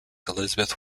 elizabeth